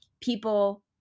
people